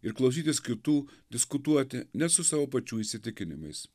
ir klausytis kitų diskutuoti ne su savo pačių įsitikinimais